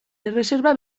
erreserba